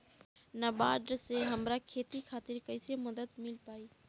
नाबार्ड से हमरा खेती खातिर कैसे मदद मिल पायी?